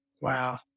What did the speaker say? Wow